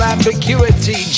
ambiguity